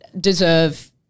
deserve